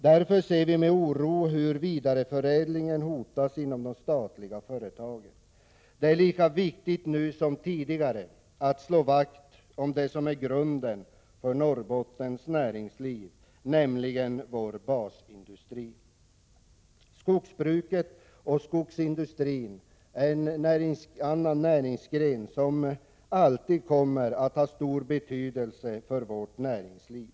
Därför ser vi med oro hur vidareförädlingen hotas inom de statliga företagen. Det är lika viktigt nu som tidigare att slå vakt om det som är grunden för Norrbottens näringsliv, nämligen vår basindustri. Skogsbruket och skogsindustrin är en annan näringsgren som alltid kommer att ha stor betydelse för vårt näringsliv.